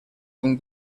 con